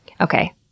Okay